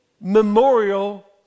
memorial